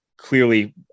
clearly